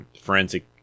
forensic